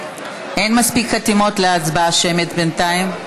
אין מספיק חתימות להצבעה שמית בינתיים.